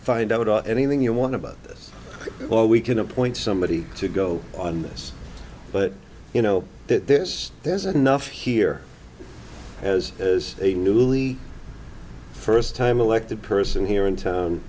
find out anything you want about this or we can appoint somebody to go on this but you know there's there's enough here as a newly first time elected person here in town